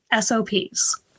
SOPs